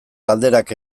galderak